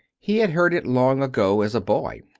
he had heard it long ago, as a boy.